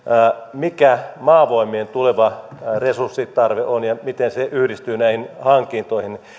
mikä maavoimien tuleva resurssintarve on ja miten se yhdistyy näihin hankintoihin